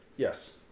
Yes